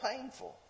painful